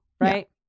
right